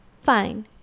Fine